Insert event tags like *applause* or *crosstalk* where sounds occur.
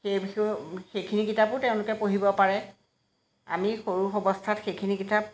সেই *unintelligible* সেইখিনি কিতাপো তেওঁলোকে পঢ়িব পাৰে আমি সৰু অৱস্থাত সেইখিনি কিতাপ